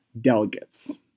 delegates